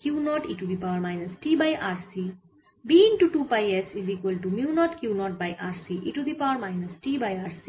Q 0 by RC e to the power ঋণাত্মক t by RC এই দিকে B গুন 2 পাই s